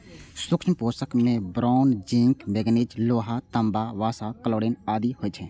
सूक्ष्म पोषक मे बोरोन, जिंक, मैगनीज, लोहा, तांबा, वसा, क्लोरिन आदि होइ छै